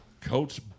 Coach